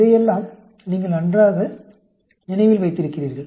இதையெல்லாம் நீங்கள் நன்றாக நினைவில் வைத்திருக்கிறீர்கள்